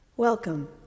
Welcome